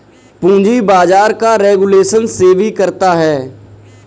पूंजी बाजार का रेगुलेशन सेबी करता है